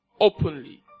Openly